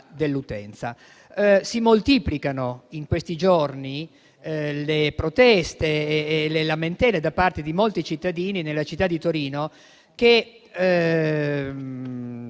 Si moltiplicano, in questi giorni, le proteste e le lamentele da parte di molti cittadini nella città di Torino, che